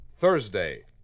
Thursday